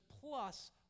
plus